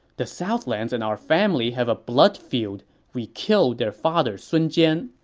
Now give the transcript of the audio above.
the southlands and our family have a blood feud we killed their father sun jian,